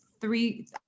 three